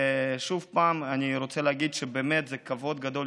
שוב אני רוצה להגיד שבאמת זה כבוד גדול